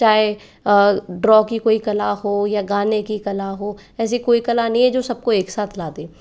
चाहें ड्रॉ की कोई कला हो या गाने की कला हो ऐसी कोई कला नहीं है जो सब को एक साथ ला दे